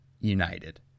United